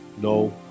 no